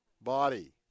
body